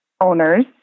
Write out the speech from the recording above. owners